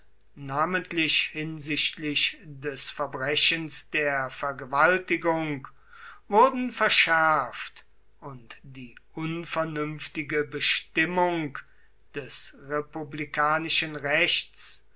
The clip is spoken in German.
namentlich hinsichtlich des verbrechens der vergewaltigung wurden verschärft und die unvernünftige bestimmung des republikanischen rechts